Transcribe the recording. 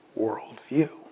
worldview